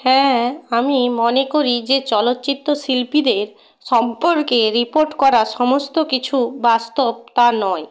হ্যাঁ আমি মনে করি যে চলচ্চিত্র শিল্পীদের সম্পর্কে রিপোর্ট করা সমস্ত কিছু বাস্তব তা নয়